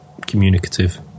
communicative